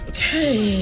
Okay